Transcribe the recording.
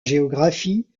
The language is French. géographie